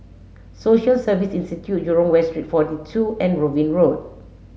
Social Service Institute Jurong West Street forty two and Robin Road